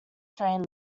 strain